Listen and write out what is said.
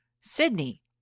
Sydney